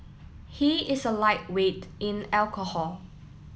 he is a lightweight in alcohol